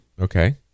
Okay